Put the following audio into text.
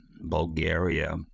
Bulgaria